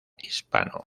hispano